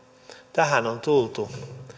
tähän on tultu